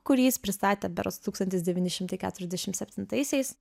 kurį jis pristatė berods tūkstantis devyni šimtai keturiasdešim septintaisiais